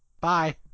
Bye